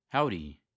Howdy